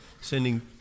sending